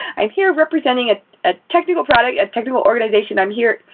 i'm here representing ah a technical product, a technical organization. i'm here.